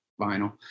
vinyl